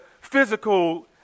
physical